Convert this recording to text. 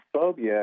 phobia